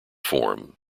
form